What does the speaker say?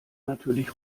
natürlich